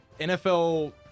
NFL